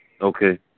Okay